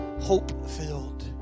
hope-filled